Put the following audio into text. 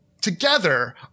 together